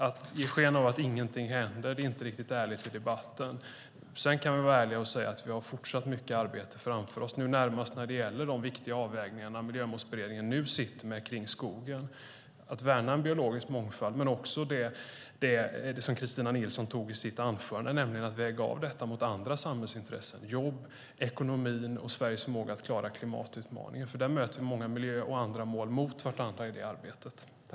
Att ge sken av att inget händer är inte riktigt ärligt i debatten. Sedan kan vi vara ärliga och säga att det även i fortsättningen finns mycket arbete att göra. Nu närmast är det viktiga avvägningar som Miljömålsberedningen arbetar med i fråga om skogen. Det är fråga om att värna en biologisk mångfald och det som Kristina Nilsson tog upp i sitt anförande, nämligen att väga av den frågan mot andra samhällsintressen. Det är jobben, ekonomin och Sveriges förmåga att klara klimatutmaningen. I det arbetet möts miljömål och andra mål mot varandra.